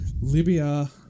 Libya